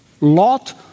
Lot